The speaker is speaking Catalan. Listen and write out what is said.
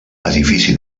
edifici